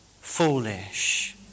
foolish